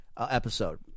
episode